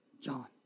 John